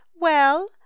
Well